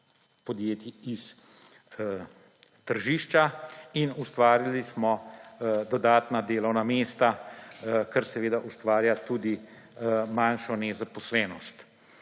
podjetij s tržišča, in ustvarili smo dodatna delovna mesta, kar seveda ustvarja tudi manjšo nezaposlenost.